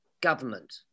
government